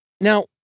Now